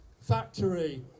factory